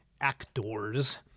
actors